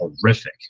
horrific